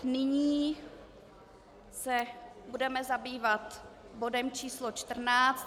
Nyní se budeme zabývat bodem číslo 14.